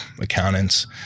accountants